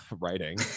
writing